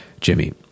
Jimmy